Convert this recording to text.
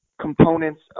components